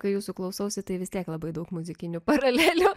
kai jūsų klausausi tai vis tiek labai daug muzikinių paralelių